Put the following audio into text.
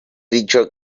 dicho